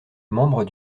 membre